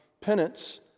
penance